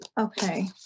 Okay